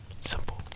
simple